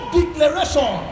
declaration